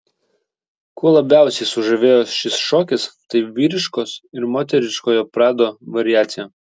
kuo labiausiai sužavėjo šis šokis tai vyriškos ir moteriškojo prado variacija